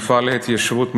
מפעל ההתיישבות מתייבש,